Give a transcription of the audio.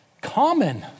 common